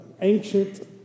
ancient